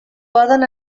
poden